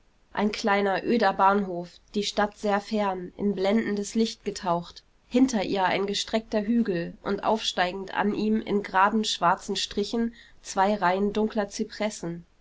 ein kleiner öder bahnhof die stadt sehr fern in blendendes licht getaucht hinter ihr ein gestreckter hügel und aufsteigend an ihm in geraden schwarzen strichen zwei reihen dunkler